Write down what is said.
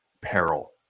peril